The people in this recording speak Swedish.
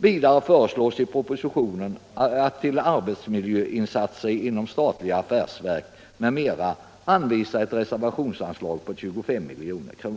Därutöver föreslås i propositionen att till Arbetsmiljöinsatser inom statliga affärsverk m.m. skall anvisas ett reservationsanslag på 25 milj.kr.